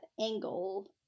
angle